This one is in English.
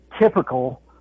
typical